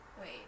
Wait